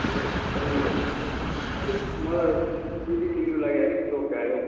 ए दाजु खोइ अलिक मलाई टिभी किन्नुलाई अलिक सोख आयो